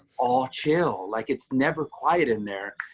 all chill. like it's never quiet in there,